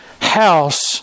house